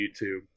YouTube